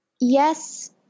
Yes